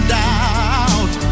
doubt